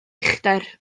uchder